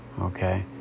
okay